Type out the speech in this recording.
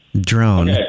drone